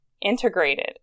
integrated